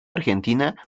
argentina